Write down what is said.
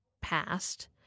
passed